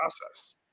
process